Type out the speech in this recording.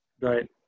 Right